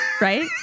right